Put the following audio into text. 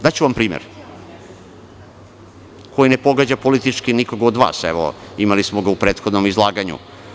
Daću vam primer, koji ne pogađa politički nikog od vas, imali smo ga u prethodnom izlaganju.